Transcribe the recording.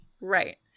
right